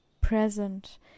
present